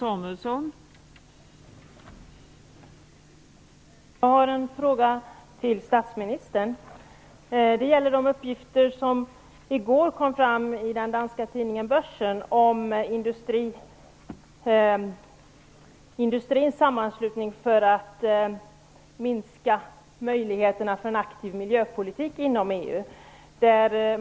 Fru talman! Jag har en fråga till statsministern. Den gäller de uppgifter som i går kom fram i den danska tidningen Börsen om industrins sammanslutning för att minska möjligheterna till en aktiv miljöpolitik inom EU.